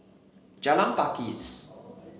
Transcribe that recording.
Jalan Pakis